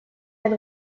ein